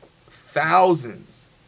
thousands